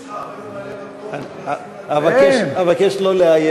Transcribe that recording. יש לך הרבה ממלאי-מקום שרצים על התפקיד.